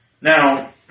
Now